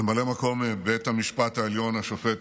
ממלא מקום נשיא בית המשפט העליון השופט